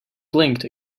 blinked